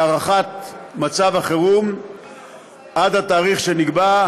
על הארכת מצב החירום עד התאריך שנקבע,